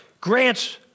grants